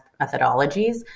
Methodologies